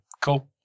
cool